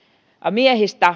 miehiä